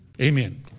Amen